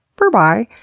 berbye.